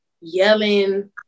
yelling